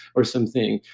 or something.